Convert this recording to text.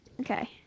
Okay